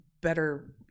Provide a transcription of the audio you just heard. better